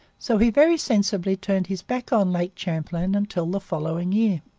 so he very sensibly turned his back on lake champlain until the following year.